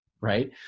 right